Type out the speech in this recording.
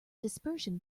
dispersion